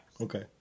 Okay